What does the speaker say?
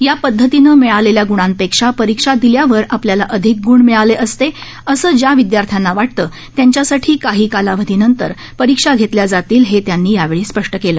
या पद्धतीनं मिळालेल्या ग्णांपेक्षा परीक्षा दिल्यावर आपल्याला अधिक गुण मिळाले असते असं ज्या विदयार्थ्यांना वाटतं त्यांच्यासाठी काही कालावधी नंतर परीक्षा घेतल्या जातील हे त्यांनी यावेळी स्पष्ट केलं